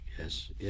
Yes